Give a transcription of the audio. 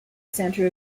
center